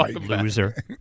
Loser